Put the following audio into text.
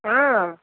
ହଁ